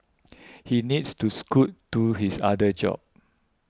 he needs to scoot to his other job